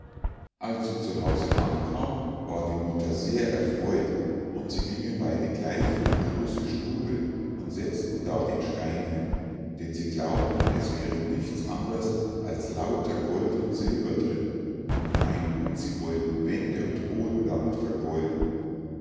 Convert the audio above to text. als sie zu hause ankam war die mutter sehr erfreu't und sie gingen beide sogleich in die große stube und setzten da den schrein hin denn sie glaubten es wäre nichts anders als lauter gold und silber drin und meinten sie wollten wände und boden damit vergolden